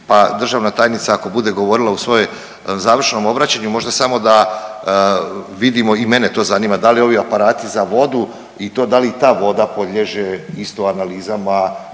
pa državna tajnica ako bude govorila u svojoj završnom obraćanju možda samo sa da vidimo i mene to zanima, da li ovi aparati za vodu i to da li i ta voda podliježe isto analizama